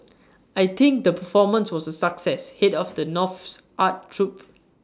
I think the performance was A success Head of the North's art troupe